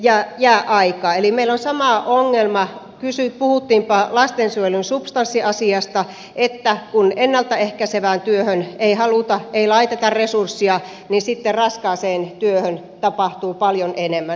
eli meillä on sama ongelma puhuttiinpa lastensuojelun substanssiasiasta tai siitä että kun ennalta ehkäisevään työhön ei laiteta resursseja niin sitten raskaaseen työhön tapahtuu paljon enemmän